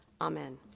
Amen